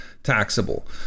taxable